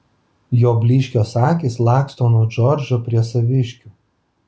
jo blyškios akys laksto nuo džordžo prie saviškių